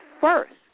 first